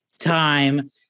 time